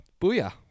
booyah